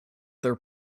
their